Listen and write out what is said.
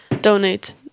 donate